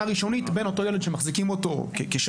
ראשונית בין אותו ילד שמחזיקים אותו כשבוי,